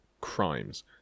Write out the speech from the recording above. crimes